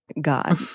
God